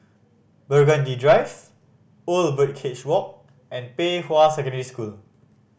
Burgundy Drive Old Birdcage Walk and Pei Hwa Secondary School